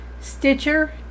Stitcher